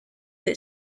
that